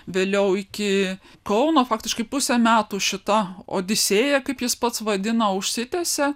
vėliau iki kauno faktiškai pusę metų šita odisėja kaip jis pats vadina užsitęsė